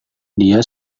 dia